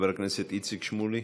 חבר הכנסת איציק שמולי,